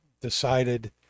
decided